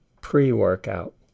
pre-workout